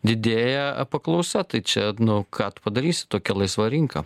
didėja paklausa tai čia nu ką tu padarysi tokia laisva rinka